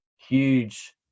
huge